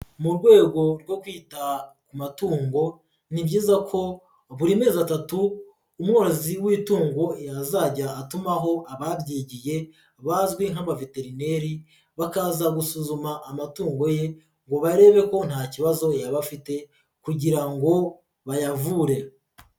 Mu rwego rwo kwita amatungo ni byiza ko buri mezi atatu umworozi w'itungo yazajya atumaho ababyigiye bazwi nk'abaveterineri bakaza gusuzuma amatungo ye ngo barebe ko nta kibazo yaba afite kugira ngo bayavure.